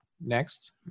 next